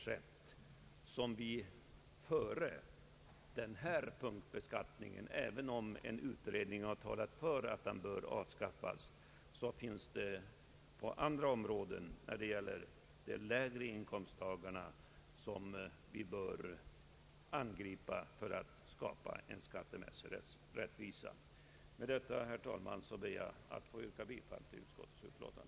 Även om en utredning talat för att den här aktuella punktskatten bör avskaffas finns alltså på andra områden, som rör de lägre inkomsttagarna, skatter som vi bör angripa för att skapa en skattemässig rättvisa. Herr talman! Jag ber att med det anförda få yrka bifall till utskottets hemställan.